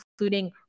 including